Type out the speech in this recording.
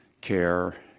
care